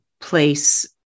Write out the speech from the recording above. place